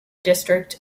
district